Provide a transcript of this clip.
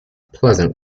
pleasant